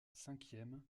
cinquième